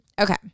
Okay